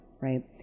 right